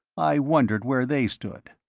i wondered where they stood.